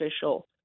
official